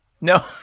No